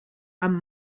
amb